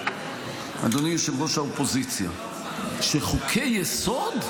אדוני ראש האופוזיציה, שחוקי-יסוד,